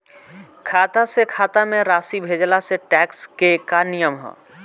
खाता से खाता में राशि भेजला से टेक्स के का नियम ह?